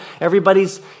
everybody's